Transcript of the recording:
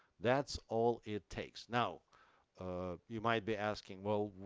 that's all it takes. now you might be asking, well,